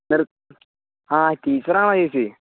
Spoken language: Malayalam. നിർ ആ ടീച്ചർ ആണോ ചേച്ചി